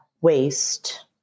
waste